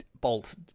Bolt